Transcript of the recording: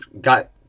got